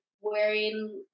wearing